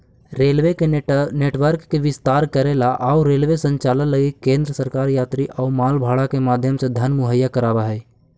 railway के network के विस्तार करेला अउ रेलवे संचालन लगी केंद्र सरकार यात्री अउ माल भाड़ा के माध्यम से धन मुहैया कराव हई